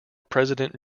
president